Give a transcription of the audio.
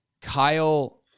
Kyle